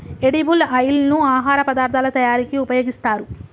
edible oil ను ఆహార పదార్ధాల తయారీకి ఉపయోగిస్తారు